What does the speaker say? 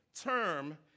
term